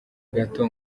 gato